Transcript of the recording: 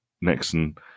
nixon